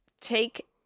Take